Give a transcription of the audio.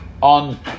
on